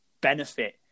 benefit